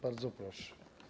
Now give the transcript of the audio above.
Bardzo proszę.